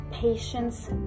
patience